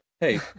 hey